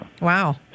Wow